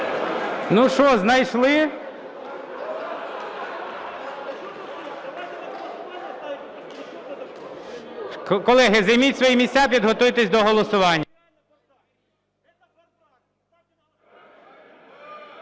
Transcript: Ну що, знайшли? Колеги, займіть свої місця і підготуйтесь до голосування.